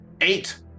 eight